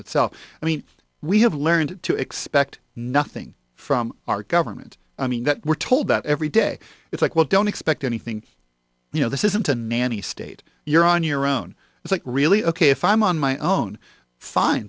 itself i mean we have learned to expect nothing from our government i mean that we're told that every day it's like well don't expect anything you know this isn't a nanny state you're on your own it's like really ok if i'm on my own fine